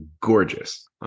gorgeous